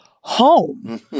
home